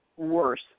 worse